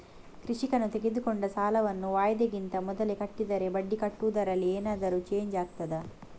ಕೃಷಿಕನು ತೆಗೆದುಕೊಂಡ ಸಾಲವನ್ನು ವಾಯಿದೆಗಿಂತ ಮೊದಲೇ ಕಟ್ಟಿದರೆ ಬಡ್ಡಿ ಕಟ್ಟುವುದರಲ್ಲಿ ಏನಾದರೂ ಚೇಂಜ್ ಆಗ್ತದಾ?